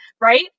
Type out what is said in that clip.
right